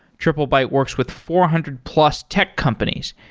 triplebyte works with four hundred plus tech companies,